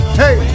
hey